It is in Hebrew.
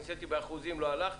ניסיתי באחוזים לא הלך.